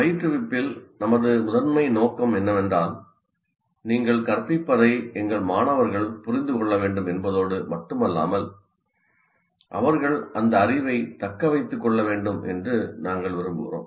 பயிற்றுவிப்பில் நமது முதன்மை நோக்கம் என்னவென்றால் நீங்கள் கற்பிப்பதை எங்கள் மாணவர்கள் புரிந்துகொள்ள வேண்டும் என்பதோடு மட்டுமல்லாமல் அவர்கள் அந்த அறிவைத் தக்க வைத்துக் கொள்ள வேண்டும் என்று நாங்கள் விரும்புகிறோம்